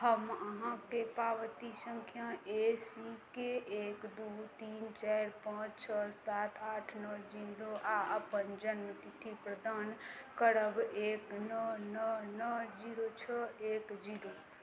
हम अहाँके पावती सँख्या ए सी के एक दुइ तीन चारि पाँच छओ सात आठ नओ जीरो आओर अपन जनमतिथि प्रदान करब एक नओ नओ नओ जीरो छओ एक जीरो